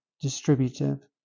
distributive